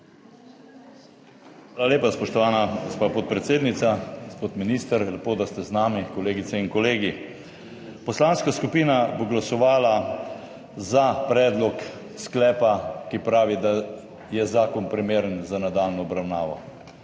Hvala lepa, spoštovana gospa podpredsednica. Gospod minister, lepo, da ste z nami. Kolegice in kolegi! Poslanska skupina bo glasovala za predlog sklepa, ki pravi, da je zakon primeren za nadaljnjo obravnavo.